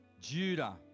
Judah